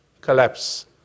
collapse